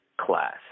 class